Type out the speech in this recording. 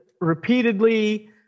repeatedly